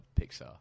Pixar